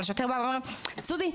אבל השוטר בא ואומר: זוזי,